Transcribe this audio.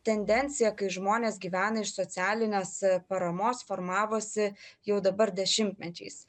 tendencija kai žmonės gyvena iš socialinės paramos formavosi jau dabar dešimtmečiais